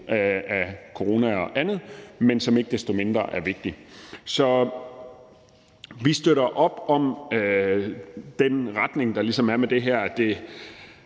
af corona og andet, men som ikke desto mindre er vigtig. Så vi støtter op om den retning, der ligesom er i det her,